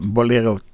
Bolero